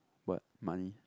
what money